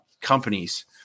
companies